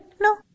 No